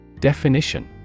Definition